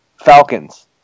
Falcons